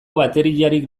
bateriarik